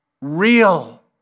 real